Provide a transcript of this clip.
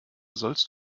sollst